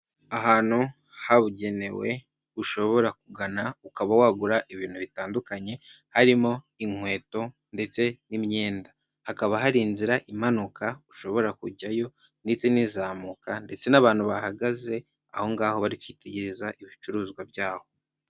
Ahantu habugenewe ushobora kugana ukaba wagura ibintu bitandukanye, harimo inkweto ndetse n'imyenda. Hakaba hari inzira imanuka ushobora kujyayo ndetse n'izamuka ndetse n'abantu bahagaze aho ngaho bari kwitegereza ibicuruzwa byaho.